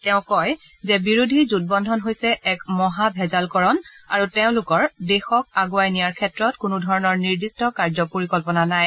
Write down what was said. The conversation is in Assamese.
তেওঁ কয় যে বিৰোধী জোটবন্ধন হৈছে এক মহা ভেজালকৰণ আৰু তেওঁলোকৰ দেশক আগুৱাই নিয়াৰ ক্ষেত্ৰত কোনোধৰণৰ নিৰ্দিষ্ট কাৰ্য পৰিকল্পনা নাই